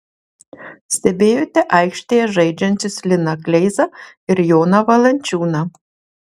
stebėjote aikštėje žaidžiančius liną kleizą ir joną valančiūną